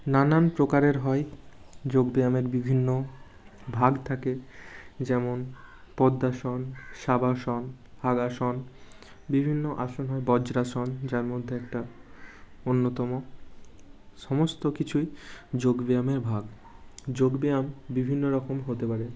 নানান প্রকারের হয় যোগব্যায়ামের বিভিন্ন ভাগ থাকে যেমন পদ্মাসন শবাসন হাগাসন বিভিন্ন আসন হয় বজ্রাসন যার মধ্যে একটা অন্যতম সমস্ত কিছুই যোগব্যায়ামের ভাগ যোগব্যায়াম বিভিন্ন রকম হতে পারে